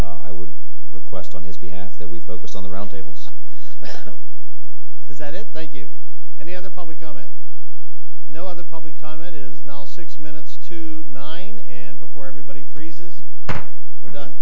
choice i would request on his behalf that we focus on the round tables is that it thank you and the other public comment no other public comment is now six minutes to nine and before everybody freezes we're done